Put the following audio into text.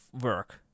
work